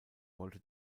wollte